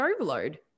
overload